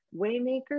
waymaker